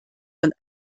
von